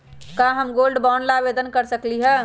का हम gold bond ला आवेदन कर सकली ह?